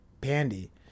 pandy